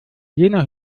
jener